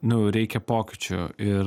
nu reikia pokyčių ir